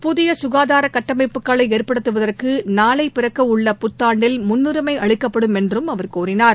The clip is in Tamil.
புதியசுனதாரகட்டமைப்புகளைஏற்படுத்துவதற்குநாளைபிறக்கவுள்ள புத்தாண்டில் முன்னுரிமைஅளிக்கப்படும் என்றும் அவர் கூறினார்